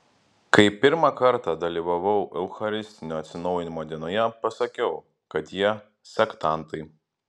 kai pirmą kartą dalyvavau eucharistinio atsinaujinimo dienoje pasakiau kad jie sektantai